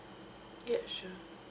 yup sure